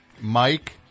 Mike